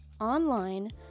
online